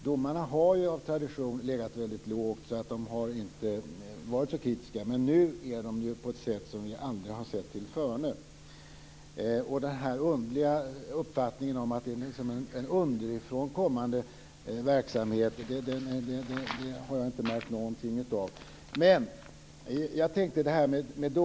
Domarna har ju av tradition legat väldigt lågt och inte varit så kritiska. Men nu är de kritiska på ett sätt som vi aldrig har sett till förne. Och den underliga uppfattningen om att det är en underifrån kommande verksamhet har jag inte märkt någonting av.